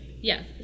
Yes